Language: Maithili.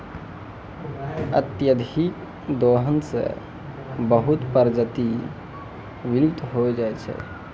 अत्यधिक दोहन सें बहुत प्रजाति विलुप्त होय जाय छै